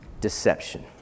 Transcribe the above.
Deception